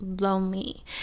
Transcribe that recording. lonely